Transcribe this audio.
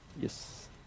Yes